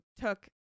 took